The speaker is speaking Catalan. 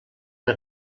una